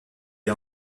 est